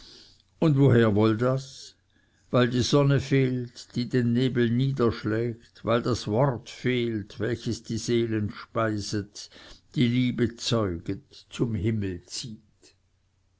und woher wohl das weil die sonne fehlt die den nebel niederschlägt weil das wort fehlt welches die seelen speiset die liebe zeuget zum himmel zieht